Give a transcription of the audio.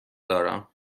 دارم